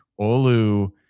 Olu